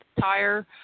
tire